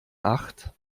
acht